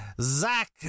zach